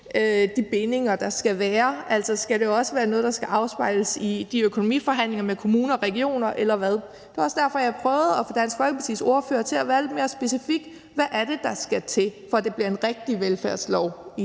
de bindinger, der skal være, altså om det f.eks. også skal være noget, der skal afspejles i økonomiforhandlingerne med kommuner og regioner, og det var også derfor, jeg prøvede at få Dansk Folkepartis ordfører til at være lidt mere specifik: Hvad er det, der skal til, for at det bliver en rigtig velfærdslov i